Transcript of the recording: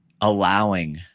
allowing